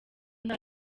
nta